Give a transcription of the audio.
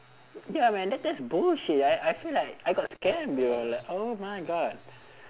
y~ ya man that that's bullshit I I feel like I got scammed yo like oh my god